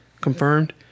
confirmed